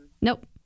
Nope